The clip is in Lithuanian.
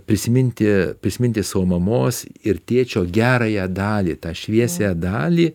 prisiminti prisiminti savo mamos ir tėčio gerąją dalį tą šviesiąją dalį